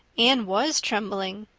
anne was trembling.